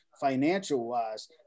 financial-wise